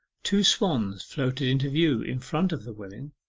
two swans floated into view in front of the women,